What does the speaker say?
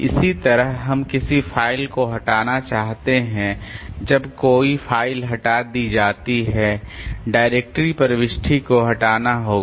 इसी तरह हम किसी फ़ाइल को हटाना चाहते हैं जब कोई फ़ाइल हटा दी जाती है डायरेक्टरी प्रविष्टि को हटाना होगा